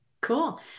Cool